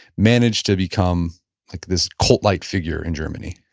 manage to become like this cult-like figure in germany?